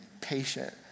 patient